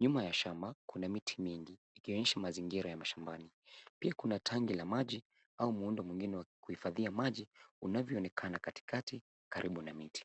Nyuma ya shamba, kuna miti mingi, ikionyesha mazingira ya mashambani. Pia kuna tangi la maji au muundo mwingine wa kuhifadhia maji, unavyoonekana katikati, karibu na miti.